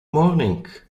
morning